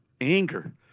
anger